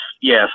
Yes